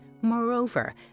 moreover